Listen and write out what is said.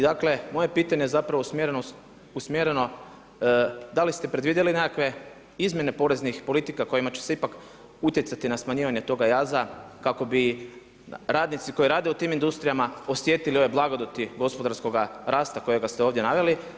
Dakle moje pitanje je ustvari usmjereno da li ste predvidjeli nekakve izmjene poreznih politika kojima će se ipak utjecati na smanjivanje toga jaza kako bi radnici koji rade u tim industrijama osjetili ove blagodati gospodarskoga rasta kojega ste ovdje naveli?